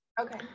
Okay